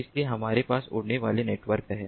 इसलिए हमारे पास उड़ने वाले नेटवर्क हैं